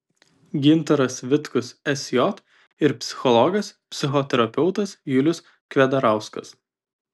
gintaras vitkus sj ir psichologas psichoterapeutas julius kvedarauskas